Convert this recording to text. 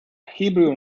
hebrew